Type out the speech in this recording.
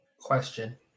Question